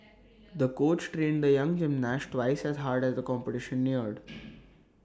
the coach trained the young gymnast twice as hard as the competition neared